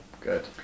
Good